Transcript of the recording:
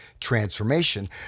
transformation